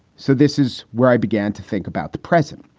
so this is where i began to think about the present.